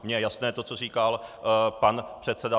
Mně je jasné to, co říkal tady pan předseda.